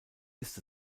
ist